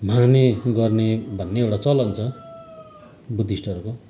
माने गर्ने भन्ने एउटा चलन छ बुद्धिस्टहरूको